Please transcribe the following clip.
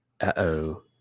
Uh-oh